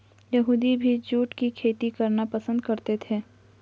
यहूदी भी जूट की खेती करना पसंद करते थे